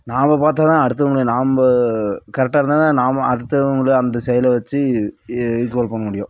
நாம் பார்த்தாதான் அடுத்தவங்கள நாம்ம கரெக்ட்டாக இருந்தால் தான் நாம் அடுத்தவங்களையும் அந்த சைடு வச்சு ஈ ஈக்குவல் பண்ண முடியும்